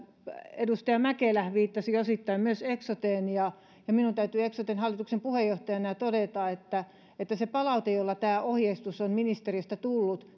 edustaja mäkelä viittasi osittain myös eksoteen ja ja minun täytyy eksoten hallituksen puheenjohtajana todeta että että se palaute jolla tämä ohjeistus on ministeriöstä tullut